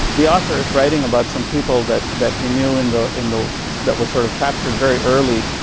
the author is writing about some people that that he knew in the in the that were sort of captured very early,